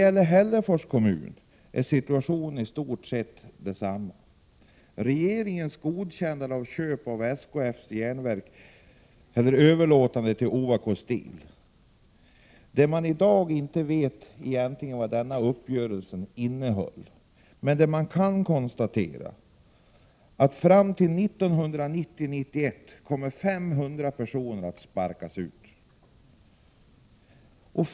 För Hällefors kommun är situationen i stort sett densamma. Regeringen godkände överlåtande av SKF:s Järnverk till Ovako Steel. Man vet inte i dag vad den uppgörelsen innehåller, men det kan konstateras att fram till 1990-1991 kommer 500 personer att sparkas ut.